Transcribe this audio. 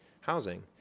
housing